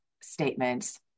statements